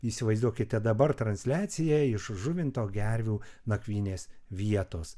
įsivaizduokite dabar transliaciją iš žuvinto gervių nakvynės vietos